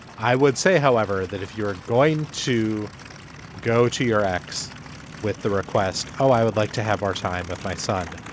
i would say however that if you're going to go to your ex with the request oh i would like to have our time with my son.